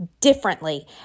differently